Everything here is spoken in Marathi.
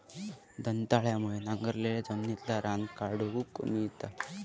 दंताळ्यामुळे नांगरलाल्या जमिनितला रान काढूक मेळता